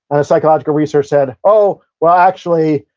and the psychological research said, oh, well, actually,